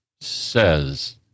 says